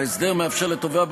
ההסדר מאפשר לתובע,